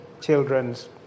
children's